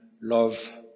love